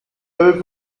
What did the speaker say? avait